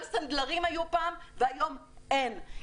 גם סנדלרים היו פעם והיום אין.